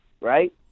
right